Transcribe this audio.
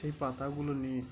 সেই পাতাগুলো নিয়ে